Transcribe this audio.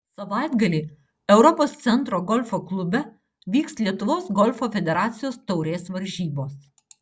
savaitgalį europos centro golfo klube vyks lietuvos golfo federacijos taurės varžybos